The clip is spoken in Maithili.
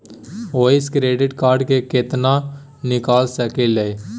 ओयसे क्रेडिट कार्ड से केतना निकाल सकलियै?